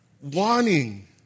wanting